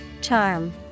Charm